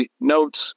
notes